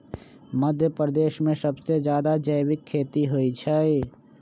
मध्यप्रदेश में सबसे जादा जैविक खेती होई छई